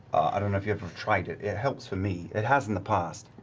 i don't know if you've ever tried it. it helps for me, it has in the past.